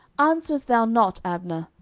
answerest thou not, abner?